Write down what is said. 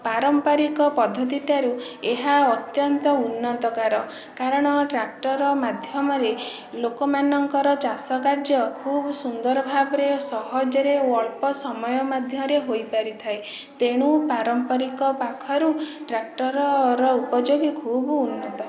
ପାରମ୍ପରିକ ପଦ୍ଧତିଠାରୁ ଏହା ଅତ୍ୟନ୍ତ ଉନ୍ନତକାର କାରଣ ଟ୍ରାକ୍ଟର ମାଧ୍ୟମରେ ଲୋକମାନଙ୍କର ଚାଷ କାର୍ଯ୍ୟ ଖୁବ୍ ସୁନ୍ଦର ଭାବରେ ସହଜରେ ଓ ଅଳ୍ପ ସମୟ ମଧ୍ୟରେ ହୋଇ ପାରିଥାଏ ତେଣୁ ପାରମ୍ପରିକ ପାଖରୁ ଟ୍ରାକ୍ଟରର ଉପଯୋଗୀ ଖୁବ୍ ଉନ୍ନତ